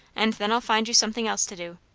and then i'll find you something else to do.